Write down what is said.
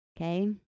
okay